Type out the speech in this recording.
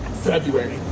February